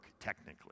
technically